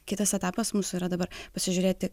kitas etapas mūsų yra dabar pasižiūrėti